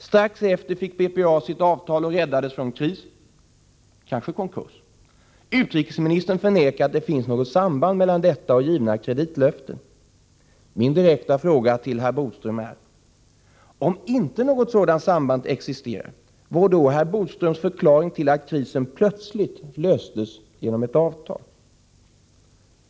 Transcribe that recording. Strax därefter fick BPA sitt avtal och räddades från kris, kanske konkurs. Utrikesministern förnekar att det finns något samband mellan detta och givna kreditlöften. Min direkta fråga till herr Bodström är: Om inte något sådant samband existerar, vilken är då herr Bodströms förklaring till att krisen plötsligt löstes genom ett avtal?